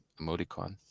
Emoticon